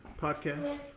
podcast